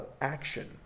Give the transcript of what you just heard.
action